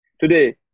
Today